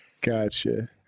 Gotcha